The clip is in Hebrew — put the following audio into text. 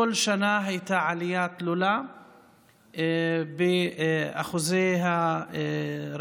כל שנה הייתה עלייה תלולה באחוזי הרצח